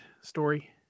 story